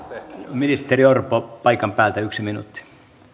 ministeri orpo paikan päältä yksi minuutti